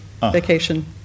vacation